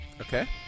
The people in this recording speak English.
Okay